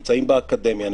באקדמיה,